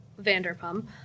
Vanderpump